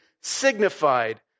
signified